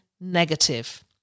negative